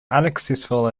unsuccessful